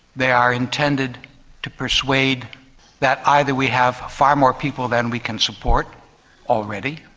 they are intended to persuade that either we have far more people than we can support already